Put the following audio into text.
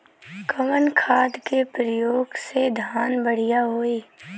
कवन खाद के पयोग से धान बढ़िया होई?